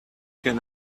can